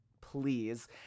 please